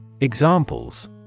Examples